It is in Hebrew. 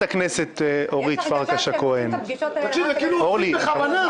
הם כאילו עושים בכוונה.